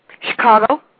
Chicago